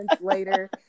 later